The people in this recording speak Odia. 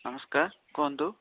ନମସ୍କାର କୁହନ୍ତୁ